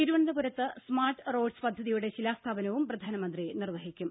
തിരുവനന്തപുരത്ത് smart roads പദ്ധതിയുടെ ശിലാസ്ഥാപനവും പ്രധാനമന്ത്രി നിർവഹിക്കും